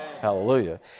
Hallelujah